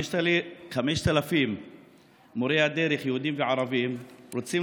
5,000 מורי דרך יהודים וערבים רוצים